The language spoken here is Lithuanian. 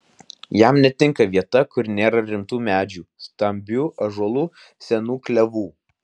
jam netinka vieta kur nėra rimtų medžių stambių ąžuolų senų klevų